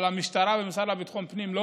אבל המשטרה והמשרד לביטחון הפנים לא